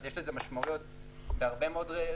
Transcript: יש לזה משמעויות בהרבה היבטים,